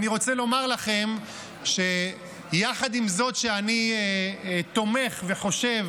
אני רוצה לומר לכם שיחד עם זאת שאני תומך וחושב